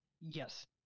Yes